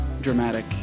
dramatic